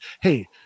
hey